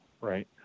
Right